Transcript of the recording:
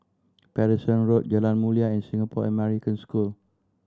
Paterson Road Jalan Mulia and Singapore American School